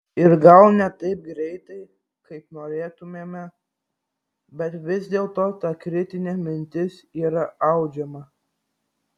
ir gal ne taip greitai kaip norėtumėme bet vis dėlto ta kritinė mintis yra audžiama